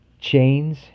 chains